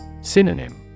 Synonym